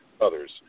others